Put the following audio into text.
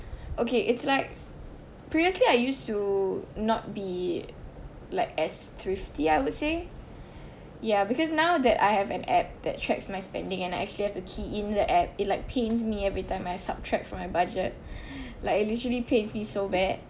okay it's like previously I used to not be like as thrifty I would say yeah because now that I have an app that checks my spending and I actually have to key in the app it like pains me every time I subtract from my budget like it literally pains me so bad